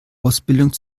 ausbildung